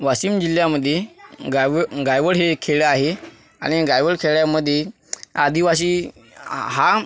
वाशिम जिल्ह्यामध्ये गायवं गायवळ हे एक खेडं आहे आणि गायवळ खेड्यामध्ये आदिवासी हा